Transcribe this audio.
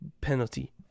Penalty